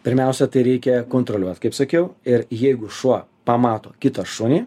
pirmiausia tai reikia kontroliuot kaip sakiau ir jeigu šuo pamato kitą šunį